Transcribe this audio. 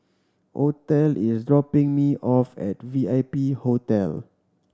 Othel is dropping me off at V I P Hotel